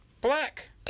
Black